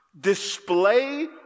display